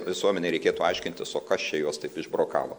visuomenei reikėtų aiškintis o kas čia juos taip išbrokavo